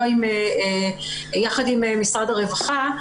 יחד עם משרד הרווחה,